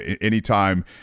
Anytime